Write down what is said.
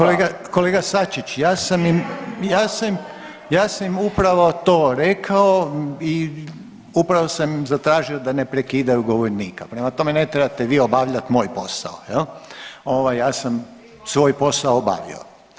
Kolega, kolega Sačić, ja sam, ja sam im upravo to rekao i upravo sam zatražio da ne prekidaju govornika, prema tome ne trebate vi obavljat moj posao jel, ovaj ja sam svoj posao obavio.